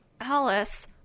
Alice